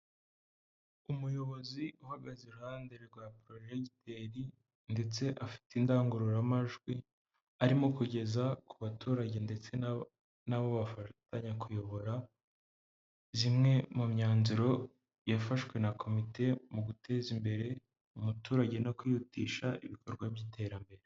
Umuyobozi uhagaze iruhande rwa porojegiteri ndetse afite indangururamajwi arimo kugeza ku baturage ndetse n'abo bafatanya kuyobora, imwe mu myanzuro yafashwe na komite mu guteza imbere umuturage no kwihutisha ibikorwa by'iterambere.